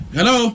Hello